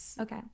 Okay